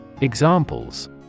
Examples